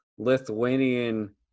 Lithuanian